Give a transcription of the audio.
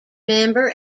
member